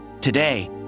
Today